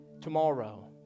tomorrow